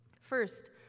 First